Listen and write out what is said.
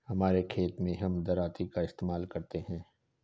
हमारे खेत मैं हम दरांती का इस्तेमाल करते हैं